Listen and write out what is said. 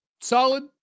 solid